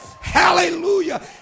Hallelujah